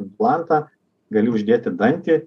implantą gali uždėti dantį